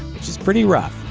which is pretty rough.